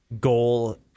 goal